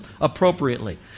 appropriately